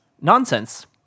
nonsense